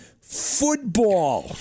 football